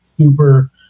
super